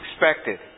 expected